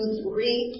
three